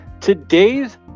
Today's